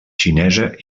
xinesa